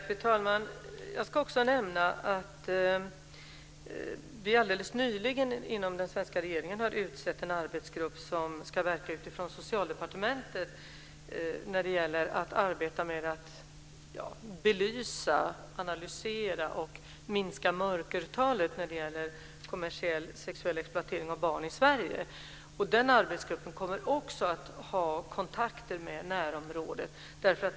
Fru talman! Jag vill också nämna att vi alldeles nyligen inom den svenska regeringen har utsett en arbetsgrupp som ska verka utifrån Socialdepartementet. Den ska arbeta med att belysa, analysera och minska mörkertalet när det gäller kommersiell sexuell exploatering av barn i Sverige. Den arbetsgruppen kommer också att ha kontakter med närområdet.